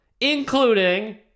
including